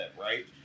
Right